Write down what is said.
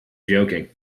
joking